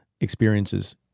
experiences